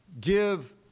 give